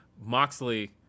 Moxley